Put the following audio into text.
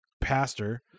pastor